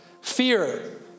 fear